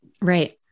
Right